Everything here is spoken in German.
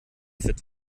fit